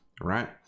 right